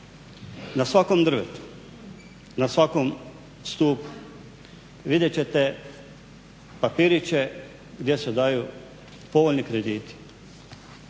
na svakom drvetu, na svakom stupu vidjet ćete papiriće gdje se daju povoljni krediti.